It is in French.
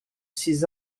ces